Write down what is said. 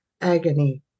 agony